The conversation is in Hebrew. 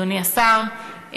אדוני השר,